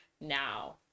now